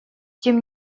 тем